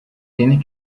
tienes